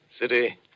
city